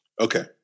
Okay